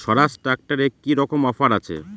স্বরাজ ট্র্যাক্টরে কি রকম অফার আছে?